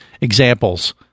examples